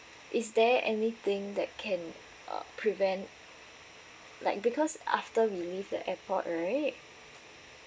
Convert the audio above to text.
is there anything that can uh prevent like because after we leave the airport right